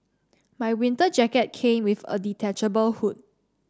my winter jacket came with a detachable hood